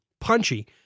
punchy